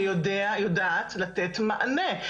שיודע או יודעת לתת מענה.